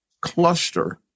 cluster